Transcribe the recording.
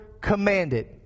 commanded